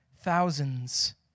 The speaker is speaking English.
thousands